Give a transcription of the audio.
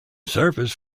surface